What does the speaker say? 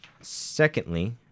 Secondly